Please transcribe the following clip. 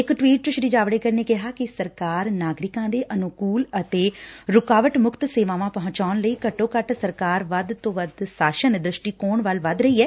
ਇਕ ਟਵੀਟ ਚ ਸੀ ਜਾਵੜੇਕਰ ਨੇ ਕਿਹਾ ਕਿ ਸਰਕਾਰ ਨਾਗਰਿਕਾਂ ਦੇ ਅਨੁਕੁਲ ਅਤੇ ਰੁਕਾਵਟ ਮੁਕਤ ਸੇਵਾਵਾਂ ਪਹੰਚਾਣ ਲਈ ਘੱਟੋ ਘੱਟ ਸਰਕਾਰ ਵੱਧ ਤੋ ਵੱਧ ਸ਼ਾਸਨ ਦ੍ਰਿਸਟੀਕੋਣ ਵੱਲੋ ਵੱਧ ਰਹੀ ਐ